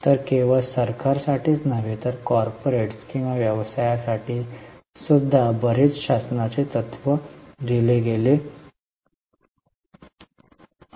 तर केवळ सरकार साठीच नव्हे तर कॉर्पोरेट्स किंवा व्यवसायांसाठीसुद्धा बरेच शासनाचे तत्व दिले गेले आहे